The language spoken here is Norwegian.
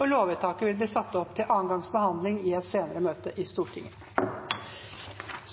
Lovvedtaket vil bli satt opp til andre gangs behandling i et senere møte i Stortinget.